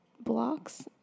blocks